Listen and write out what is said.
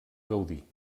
gaudí